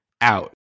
out